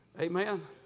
Amen